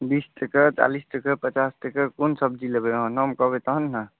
बीस टका चालीस टका पचास टका कोन सब्जी लेबै अहाँ नाम कहबै तहन ने